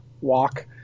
walk